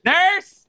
Nurse